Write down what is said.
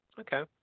Okay